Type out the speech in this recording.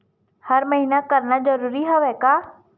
हर महीना करना जरूरी हवय का?